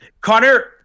Connor